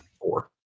four